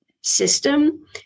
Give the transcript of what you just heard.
system